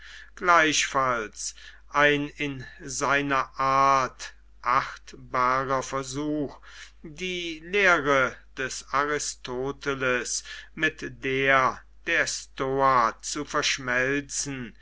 gleichfalls ein in seiner art achtbarer versuch die lehre des aristoteles mit der der stoa zu verschmelzen